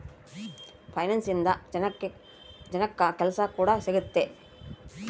finance ಇಂದ ಜನಕ್ಕಾ ಕೆಲ್ಸ ಕೂಡ ಸಿಗುತ್ತೆ